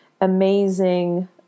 amazing